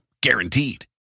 Guaranteed